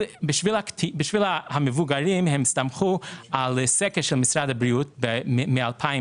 במקרה של המבוגרים הם הסתמכו על סקר של משרד הבריאות שנעשה